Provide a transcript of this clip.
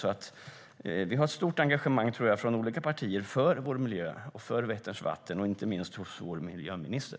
Det finns ett stort engagemang från olika partier för vår miljö och för Vätterns vatten, inte minst hos vår miljöminister.